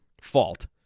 fault